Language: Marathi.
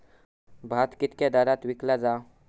भात कित्क्या दरात विकला जा?